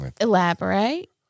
elaborate